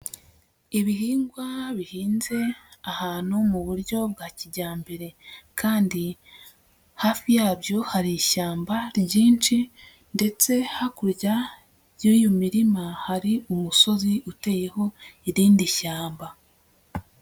Ibihingwa bihinze ahantu mu buryo bwa kijyambere kandi hafi yabyo hari ishyamba ryinshi. Ndetse hakurya y'iyo mirima hari umusozi uteyeho irindi shyamba.